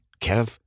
Kev